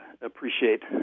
appreciate